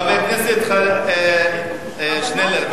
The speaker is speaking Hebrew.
חברת הכנסת חנין זועבי, הצעה לסדר-היום: